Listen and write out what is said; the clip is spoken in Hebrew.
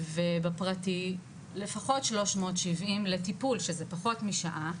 ובפרטי לפחות שלוש מאות שבעים לטיפול שזה פחות משעה,